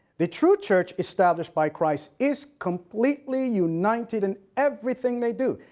the true church established by christ is completely united in everything they do,